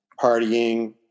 partying